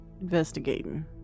investigating